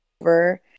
over